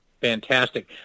fantastic